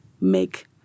make